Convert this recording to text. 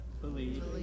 Believe